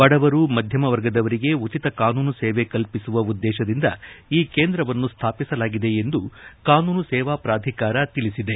ಬಡವರು ಮಧ್ಯಮ ವರ್ಗದವರಿಗೆ ಉಚಿತ ಕಾನೂನು ಸೇವೆ ಕಲ್ವಿಸುವ ಉದ್ದೇಶದಿಂದ ಈ ಕೇಂದ್ರವನ್ನು ಸ್ಥಾಪಿಸಲಾಗಿದೆ ಎಂದು ಕಾನೂನು ಸೇವಾ ಪ್ರಾಧಿಕಾರ ತಿಳಿಸಿದೆ